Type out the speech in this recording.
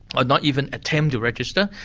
or not even attempt to register.